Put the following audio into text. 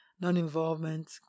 non-involvement